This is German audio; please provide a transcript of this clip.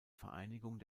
vereinigung